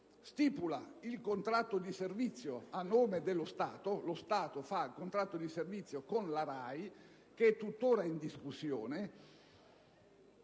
stipula il contratto di servizio a nome dello Stato. Lo Stato stipula il contratto di servizio con la RAI, che è tuttora in discussione,